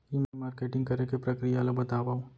ई marketing करे के प्रक्रिया ला बतावव?